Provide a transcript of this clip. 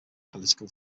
political